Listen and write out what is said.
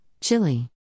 Chile